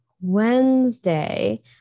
Wednesday